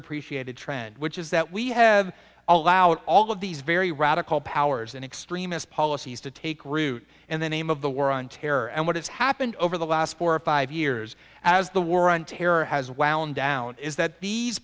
appreciated trend which is that we have allowed all of these very radical powers and extremist policies to take root and the name of the war on terror and what has happened over the last four or five years as the war on terror has wound down is that these